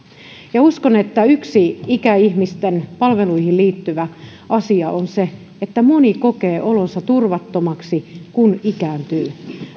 uskon että yksi ikäihmisten palveluihin liittyvä asia on se että moni kokee olonsa turvattomaksi kun ikääntyy